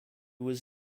was